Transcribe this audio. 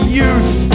youth